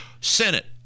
Senate